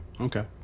Okay